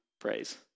praise